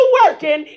working